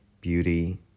beauty